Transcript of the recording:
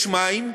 יש מים.